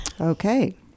Okay